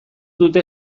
dute